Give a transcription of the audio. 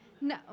No